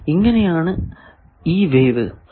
ഇങ്ങനെയാണ് ഈ വേവ്